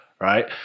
right